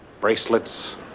bracelets